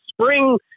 Spring